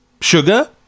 Sugar